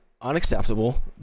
unacceptable